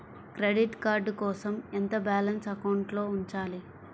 Credit card కోసం ఎంత balance అకౌంట్లో ఉంచాలి?